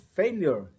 failure